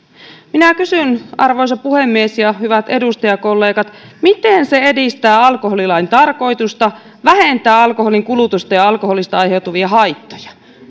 minä kysyn arvoisa puhemies ja hyvät edustajakollegat miten se edistää alkoholilain tarkoitusta vähentää alkoholin kulutusta ja alkoholista aiheutuvia haittoja